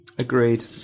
Agreed